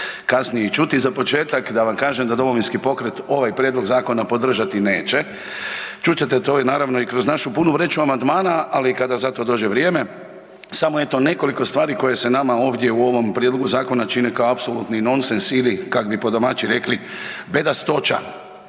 kasnije čuti. Za početak da vam kažem da Domovinski pokret ovaj prijedlog zakona podržati neće. Čut ćete to naravno i kroz našu punu vreću amandmana, ali kada za to dođe vrijeme, samo eto nekoliko stvari koje se nama ovdje u ovom prijedlogu zakona čine kao apsolutni nonsens ili kak bi po domaći rekli bedastoća.